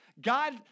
God